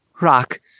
Rock